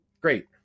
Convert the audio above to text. Great